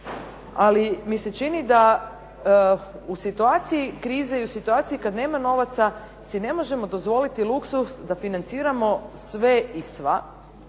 ali mi se čini da u situaciji krize i u situaciji kad nema novaca si ne možemo dozvoliti luksuz da financiramo sve i sva